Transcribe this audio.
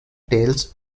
tails